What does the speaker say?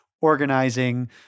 organizing